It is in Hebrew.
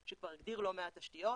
שכבר הגדיר לא מעט תשתיות,